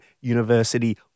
University